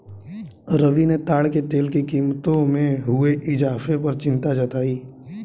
रवि ने ताड़ के तेल की कीमतों में हुए इजाफे पर चिंता जताई